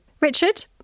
Richard